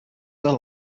their